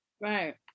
Right